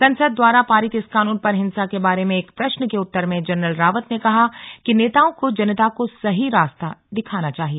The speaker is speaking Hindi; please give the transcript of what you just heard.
संसद द्वारा पारित इस कानून पर हिंसा के बारे में एक प्रश्न के उत्तर में जनरल रावत ने कहा कि नेताओं को जनता को सही रास्ता दिखाना चाहिए